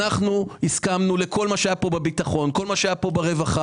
אנחנו הסכמנו לכל מה שהיה פה בביטחון ולכל מה שהיה פה ברווחה.